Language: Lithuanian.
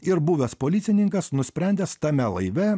ir buvęs policininkas nusprendęs tame laive